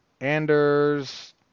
Anders